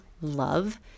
love